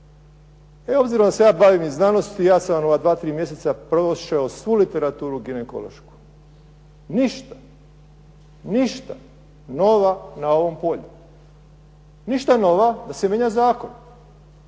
Obzirom da se ja bavim znanosti ja sam u ova dva mjeseca prošao svu literaturu ginekološku, ništa novo na ovom polju, ništa novo da se mijenja Zakon.